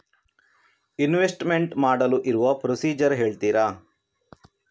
Investment ಮಾಡಲು ಇರುವ procedure ಹೇಳ್ತೀರಾ?